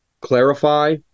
clarify